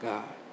God